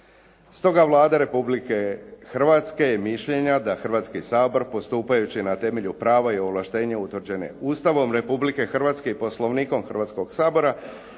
Stoga Vlada Republike Hrvatske je mišljenja da Hrvatski sabor postupajući na temelju prava i ovlaštenja utvrđene Ustavom Republike Hrvatske i Poslovnikom Hrvatskog sabora,